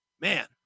man